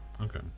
Okay